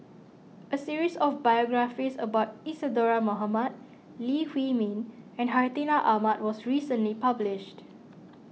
a series of biographies about Isadhora Mohamed Lee Huei Min and Hartinah Ahmad was recently published